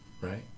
right